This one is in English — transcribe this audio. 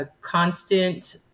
constant